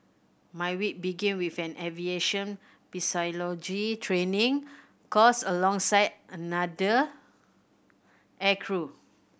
my week began with an aviation physiology training course alongside another aircrew